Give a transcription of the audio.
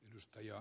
herra puhemies